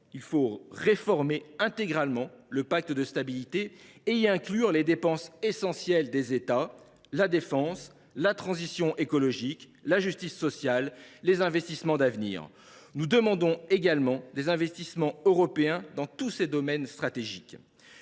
Il faut réformer intégralement le pacte de stabilité et y inclure les dépenses essentielles des États : la défense, la transition écologique, la justice sociale, les investissements d’avenir. Nous demandons également des investissements européens dans tous ces domaines stratégiques.